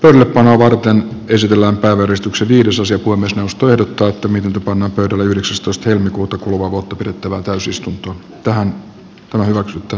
älkää vedoten pysytellä uudistuksen viidesosa voimme myös todettu että miten se pannaan pöydälle yhdeksästoista helmikuuta kuluvaa ehkä tässä on vastaus tähän kommenttiin